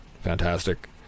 fantastic